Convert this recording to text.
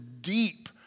deep